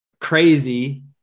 crazy